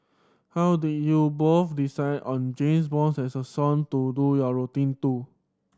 how did you both decide on James Bond as a song to do your routine to